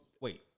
Wait